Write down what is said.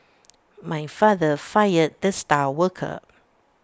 my father fired the star worker